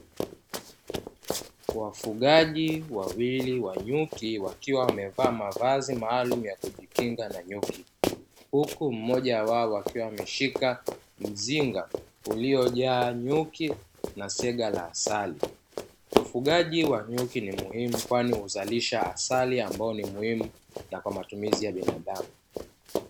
Wafugaji wawili wa nyuki wakiwa wamevaa mavazi maalumu ya kujikinga na nyuki, huku mmoja wao akiwa ameshika mzinga uliyojaa nyuki na sega la asali. Ufugaji wa nyuki ni muhimu kwani huzalisha asali ambayo ni muhimu na kwa matumizi ya binadamu.